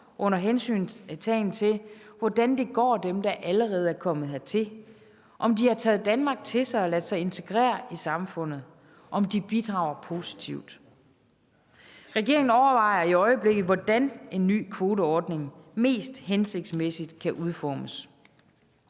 under hensyntagen til hvordan det går dem, der allerede er kommet hertil, om de har taget Danmark til sig og ladet sig integrere i samfundet, om de bidrager positivt. Regeringen overvejer i øjeblikket, hvordan en ny kvoteordning mest hensigtsmæssigt kan udformes.